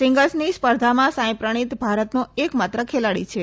સિંગલ્સની સ્પર્ધામાં સાંઈપ્રણિત ભારતનો એક માત્ર ખેલાડી છે